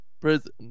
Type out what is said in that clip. Prison